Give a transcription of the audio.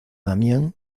damián